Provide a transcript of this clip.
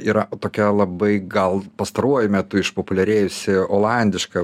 yra tokia labai gal pastaruoju metu išpopuliarėjusi olandiška